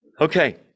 Okay